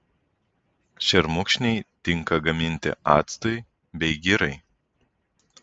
šermukšniai tinka gaminti actui bei girai